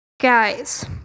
guys